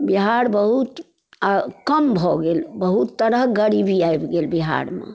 बिहार बहुत कम भऽ गेल बहुत तरहक गरीबी आबि गेल बिहारमे